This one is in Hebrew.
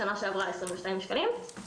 אני